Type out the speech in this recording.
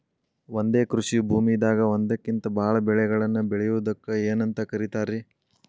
ಒಂದೇ ಕೃಷಿ ಭೂಮಿದಾಗ ಒಂದಕ್ಕಿಂತ ಭಾಳ ಬೆಳೆಗಳನ್ನ ಬೆಳೆಯುವುದಕ್ಕ ಏನಂತ ಕರಿತಾರೇ?